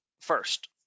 first